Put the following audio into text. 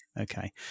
Okay